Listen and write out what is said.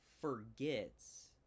forgets